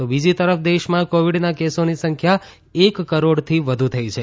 તો બીજી તરફ દેશમાં કોવિડના કેસોની સંખ્યા એક કરોડથી વધુ થઈ છે